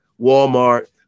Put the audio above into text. Walmart